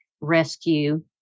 rescue